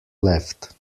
left